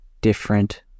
different